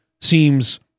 seems